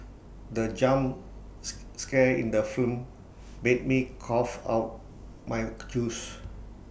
the jumps scare in the film made me cough out mike juice